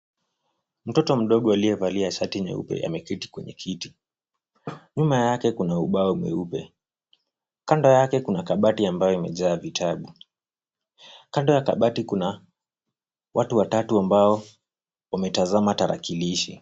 Mtoto mdogo aliyevalia shati nyeupe ameketi kwenye kiti. Nyuma yake kuna ubao mweupe, kando yake kuna kabati ambayo imejaa vitabu. Kando ya kabati kuna watu watatu ambao wametazama tarakilishi.